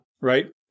right